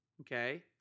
Okay